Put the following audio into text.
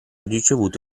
ricevuto